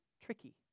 tricky